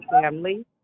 family